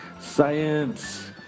Science